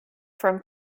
from